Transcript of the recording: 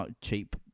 cheap